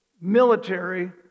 military